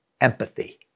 Empathy